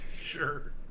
Sure